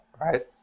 right